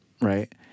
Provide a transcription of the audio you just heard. right